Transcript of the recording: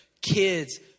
kids